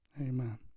Amen